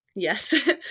Yes